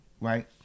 right